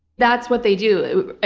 that's what they do.